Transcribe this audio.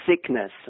sickness